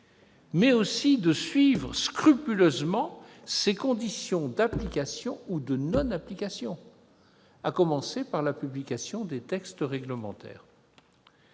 mais aussi de suivre scrupuleusement ses conditions d'application ou de non-application, à commencer par la publication des textes réglementaires.